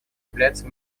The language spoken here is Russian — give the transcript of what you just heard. является